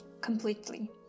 completely